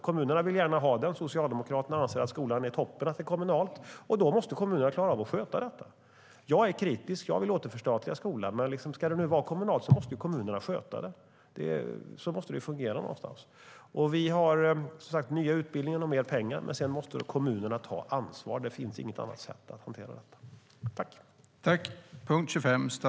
Kommunerna vill gärna ha det. Socialdemokraterna anser att det är toppen att skolan är kommunal. Då måste kommunerna klara av att sköta detta. Jag är kritisk. Jag vill återförstatliga skolan. Men om den ska vara kommunal måste kommunerna sköta den. Så måste det fungera. Vi har, som sagt, nya utbildningar och mer pengar. Men sedan måste kommunerna ta ansvar. Det finns inget annat sätt att hantera detta.